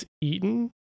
eaten